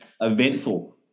eventful